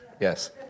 Yes